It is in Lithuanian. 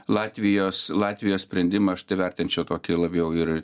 latvijos latvijos sprendimą aš tai vertinčiau tokį labiau ir